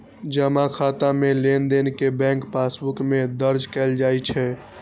जमा खाता मे लेनदेन कें बैंक पासबुक मे दर्ज कैल जाइ छै